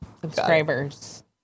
Subscribers